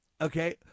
Okay